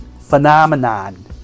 Phenomenon